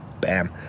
Bam